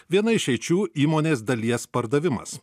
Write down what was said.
viena išeičių įmonės dalies pardavimas